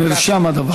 נרשם הדבר.